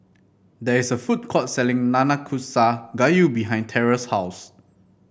there is a food court selling Nanakusa Gayu behind Terell's house